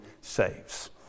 saves